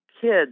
kids